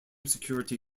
security